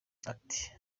ati